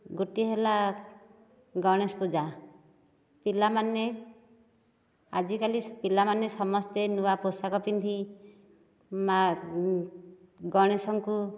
ଗୋଟିଏ ହେଲା ଗଣେଶ ପୂଜା ପିଲାମାନେ ଆଜିକାଲି ପିଲାମାନେ ସମସ୍ତେ ନୂଆ ପୋଷାକ ପିନ୍ଧି ମା ଗଣେଶଙ୍କୁ